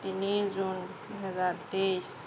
তিনি জুন দুহেজাৰ তেইছ